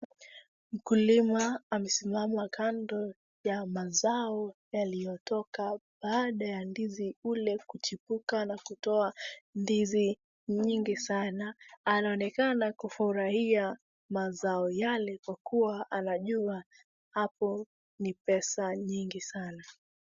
Mkulima amesimama kando ya mazao yaliyotoka baada ya ndizi ule kuchipuka na kutoa ndizi nyingi sana, anaonekana kufurahia mazao yale kwa kuwa anajua hapo ni pesa nyingi sana.